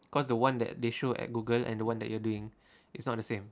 cause the one that they show at Google and the one that you are doing it's not the same